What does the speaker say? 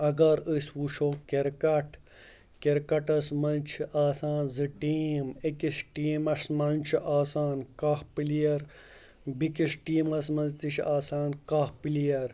اگر أسۍ وٕچھو کِرکَٹ کِرکَٹَس منٛز چھِ آسان زٕ ٹیٖم أکِس ٹیٖمَس منٛز چھِ آسان کاہہ پٕلیر بیٚکِس ٹیٖمَس منٛز تہِ چھِ آسان کاہہ پٕلیر